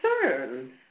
concerns